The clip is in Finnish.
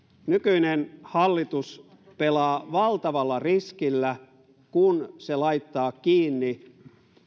nykyinen hallitus pelaa valtavalla riskillä kun se laittaa kiinni